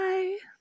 Bye